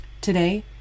Today